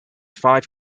five